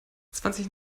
zwanzig